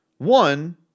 One